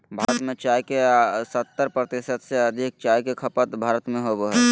भारत में चाय के सत्तर प्रतिशत से अधिक चाय के खपत भारत में होबो हइ